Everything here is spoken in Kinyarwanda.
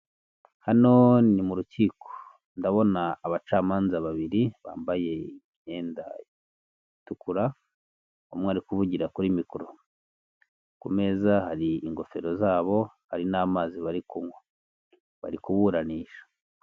Hano ni mu rukiko, ndabona abacamanza babiri bambaye imyenda itukura, umwe ari kuvugira kuri mikoro, ku meza hari ingofero zabo, hari n'amazi bari kunywa. Bari kuburanisha.